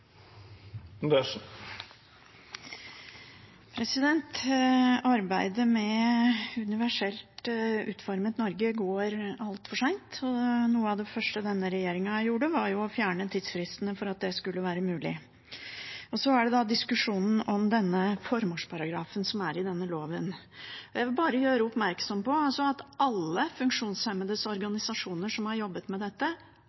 Arbeidet med et universelt utformet Norge går altfor seint, og noe av det første denne regjeringen gjorde, var å fjerne tidsfristene for at det skulle være mulig. Så er det diskusjonen om formålsparagrafen i denne loven. Jeg vil bare gjøre oppmerksom på at alle funksjonshemmedes organisasjoner som har jobbet med dette,